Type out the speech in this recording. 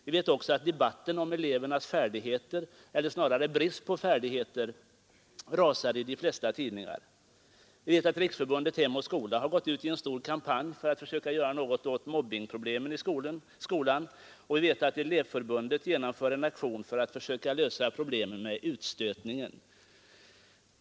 Vi vet också att debatten om elevernas färdigheter eller snarare brist på färdigheter pågår i de flesta tidningar. Vi vet att Riksförbundet Hem och skola har gått ut med en stor kampanj för att söka göra något åt mobbingproblemet i skolan, och vi vet att Elevförbundet genomför en aktion för att försöka lösa problemen med utstötningen i skolan.